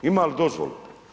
Ima li dozvolu?